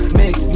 mix